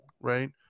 right